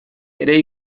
ere